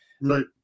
Right